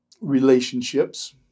relationships